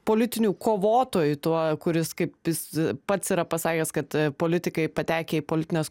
politinių kovotoju tuo kuris kaip jis pats yra pasakęs kad politikai patekę į politinės